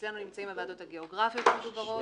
אצלנו נמצאות הוועדות הגיאוגרפיות המדוברות.